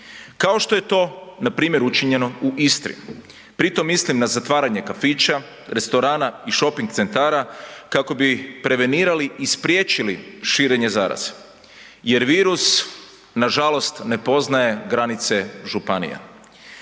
kao što je to npr. učinjeno u Istri, pri tom mislim na zatvaranje kafića, restorana i shoping centara kako bi prevenirali i spriječili širenje zaraze jer virus nažalost ne poznaje granice županija.